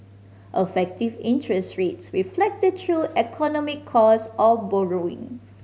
effective interest rates reflect the true economic cost of borrowing